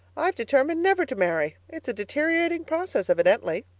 i've determined never to marry. it's a deteriorating process, evidently.